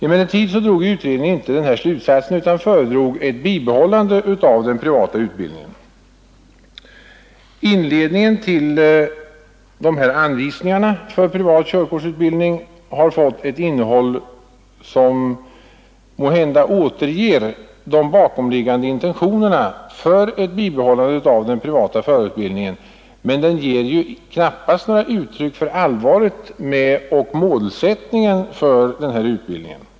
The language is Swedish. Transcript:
Emellertid drog utredningen inte denna slutsats utan föredrog ett bibehållande av den privata utbildningen. Inledningen till anvisningarna för privat körkortsutbildning har fått ett innehåll som måhända återger de bakomliggande intentionerna för ett bibehållande av den privata förarutbildningen, men den ger knappast några uttryck för allvaret med och målsättningen för utbildningen.